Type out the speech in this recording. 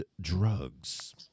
drugs